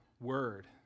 word